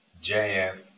JF